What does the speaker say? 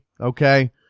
Okay